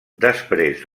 després